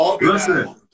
listen